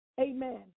amen